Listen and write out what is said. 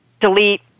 delete